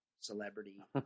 celebrity